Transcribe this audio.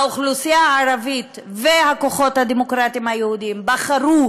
האוכלוסייה הערבית והכוחות הדמוקרטיים היהודיים בחרו